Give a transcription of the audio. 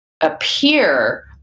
appear